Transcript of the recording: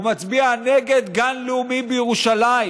הוא מצביע נגד גן לאומי בירושלים.